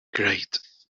great